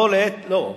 לא.